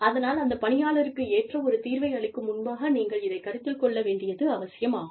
அதனால் அந்த பணியாளருக்கு ஏற்ற ஒரு தீர்வை அளிக்கும் முன்பாக நீங்கள் இதைக் கருத்தில் கொள்ள வேண்டியது அவசியமாகும்